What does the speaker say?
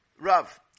Rav